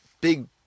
big